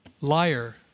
liar